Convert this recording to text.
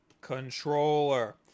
controller